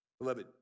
Beloved